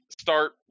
start